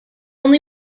only